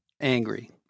Angry